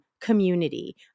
community